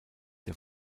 der